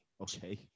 okay